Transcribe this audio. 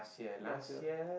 ya sia